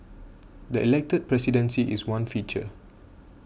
the elected presidency is one feature